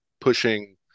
pushing